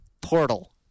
Portal